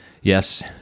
Yes